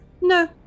No